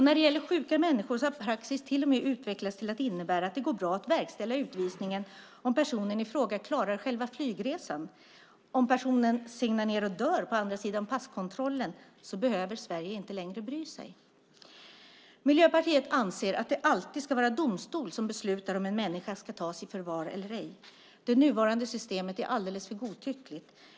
När det gäller sjuka människor har praxis till och med utvecklats till att innebära att det går bra att verkställa utvisningen om personen i fråga klarar själva flygresan. Om personen segnar ned och dör på andra sidan passkontrollen behöver Sverige inte längre bry sig. Miljöpartiet anser att det alltid ska vara domstol som beslutar om en människa ska tas i förvar eller ej. Det nuvarande systemet är alldeles för godtyckligt.